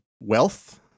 wealth